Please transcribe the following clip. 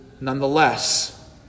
nonetheless